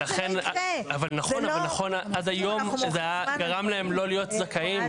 אבל נכון עד היום שזה גרם להם לא להיות זכאים.